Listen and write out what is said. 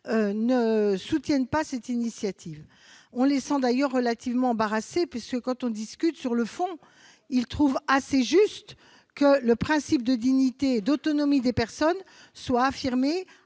ne soutiennent pas une telle initiative. D'ailleurs, on les sent relativement embarrassés. Quand on discute sur le fond, ils trouvent assez juste que le principe de dignité et d'autonomie des personnes soit affirmé